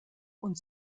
und